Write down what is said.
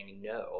no